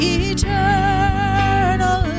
eternal